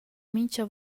mincha